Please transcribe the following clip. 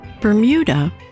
Bermuda